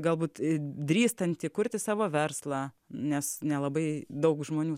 galbūt drįstantį kurti savo verslą nes nelabai daug žmonių